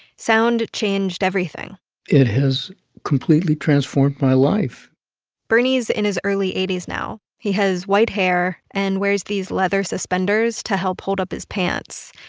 sound changed everything it has completely transformed my life bernie's in his early eighty s now. he has white hair and wears these leather suspenders to help hold up his pants.